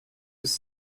has